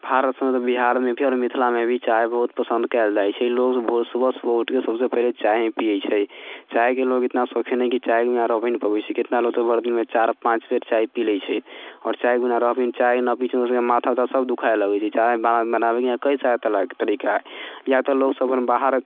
भारतसभमे बिहारमे भी आओर मिथिलामे भी चाय बहुत पसन्द कयल जाइ छै लोगसभ सुबह सुबह उठिके सभसँ पहिने चाय ही पियै छै चायके लोग इतना शौकीन हइ कि चायके बिना रहि भी नहि पबै छै कितना लोग तऽ भरि दिनमे चारि पाँच बेर चाय पी लै छै आओर चायके बिना रहि भी नहि चाय न पिबै छै तऽ माथा उथा सभ दुखाय लगै छै चाय बनाबयके यहाँ कई सारा तली तरीका हइ या तऽ लोगसभ अपन बाहर